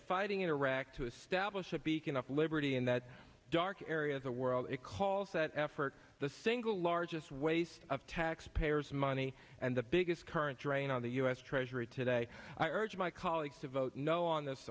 fighting in iraq to establish a beacon of liberty in that dark area of the world it calls that effort the single largest waste of taxpayers money and the biggest current drain on the u s treasury today i urge my colleagues to vote no on this